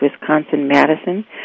Wisconsin-Madison